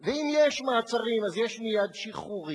ואם יש מעצרים אז יש מייד שחרורים,